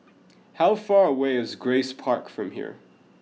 how far away is Grace Park from here